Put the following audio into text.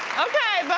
okay but